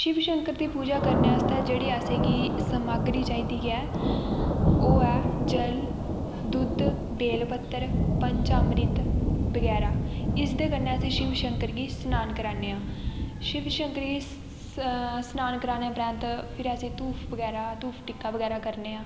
शिव शंकर दी पूजा करने आस्तै जेहड़ी असेंगी समग्री चाहिदी ऐ ओह् ऐ जल दुद्ध बेल पत्तर पंचामृत बगैरा इस दे कन्नैं असे शिवशकंर गी स्नान करैने आं शिव शकंर गी स्नान कराने दे बाद फिर उस धूफ बगैरा धूफ टिक्का बगैरा करना हा